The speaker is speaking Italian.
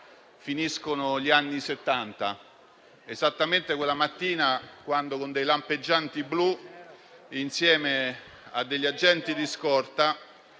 finiscono gli anni Settanta, esattamente quella mattina, quando con dei lampeggianti blu, insieme a degli agenti di scorta,